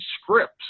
scripts